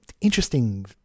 Interesting